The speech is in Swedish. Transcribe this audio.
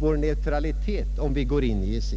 vår neutralitet, om vi går in i EEC.